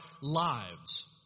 lives